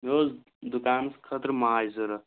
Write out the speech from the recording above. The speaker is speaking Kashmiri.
مےٚ اوس دُکانَس خٲطرٕ ماچھ ضروٗرت